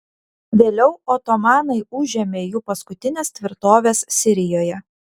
vėliau otomanai užėmė jų paskutines tvirtoves sirijoje